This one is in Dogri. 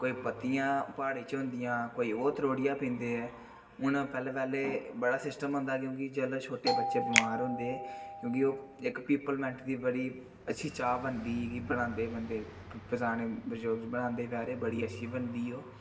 कोई पत्तियां प्हाड़ें च होन्दियां कोई ओह् त्रोड़ियै पींदे ऐ हून पैह्ले पैह्ले बड़ा सिस्टम होंदा हा क्युंकि जेल्लै छोटे बच्चे बमार होंदे क्युंकि ओह् इक पीपल मेन्ट दी बड़ी अच्छी चाह् बनदी ही कि बनांदे हे बंदे पराने बर्जुग बनांदे हे पैह्ले बड़ी अच्छी बनदी ही ओह्